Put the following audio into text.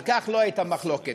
על כך לא הייתה מחלוקת.